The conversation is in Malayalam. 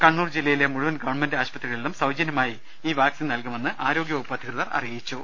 കണ്ണൂർ ജില്ലയിലെ മുഴുവൻ ഗവൺമെൻറ് ആശുപത്രികളിലും സൌജന്യമായി ഈ വാക്സിൻ നൽകുമെന്ന് ആരോഗ്യവകുപ്പ് അധികൃതർ അറിയിച്ചു